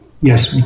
yes